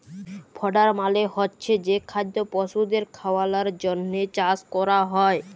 fodder মালে হচ্ছে যে খাদ্য পশুদের খাওয়ালর জন্হে চাষ ক্যরা হ্যয়